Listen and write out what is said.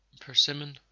persimmon